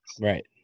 right